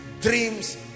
dreams